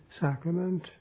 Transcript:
sacrament